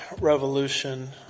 revolution